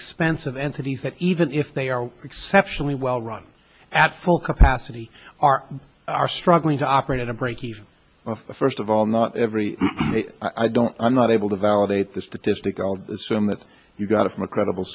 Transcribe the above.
expense of entities that even if they are exceptionally well run at full capacity are are struggling to operate in a breakeven first of all not every i don't i'm not able to validate the statistic all assume that you got it from a credible